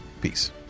Peace